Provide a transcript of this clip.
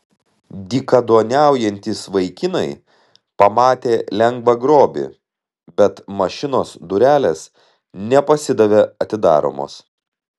dykaduoniaujantys vaikinai pamatė lengvą grobį bet mašinos durelės nepasidavė atidaromos